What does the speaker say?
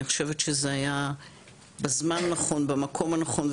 אני חושבת שזה היה בזמן הנכון, במקום הנכון.